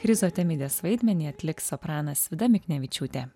chriso temidės vaidmenį atliks sopranas vida miknevičiūtė